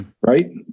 Right